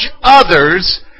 others